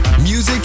Music